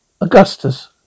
Augustus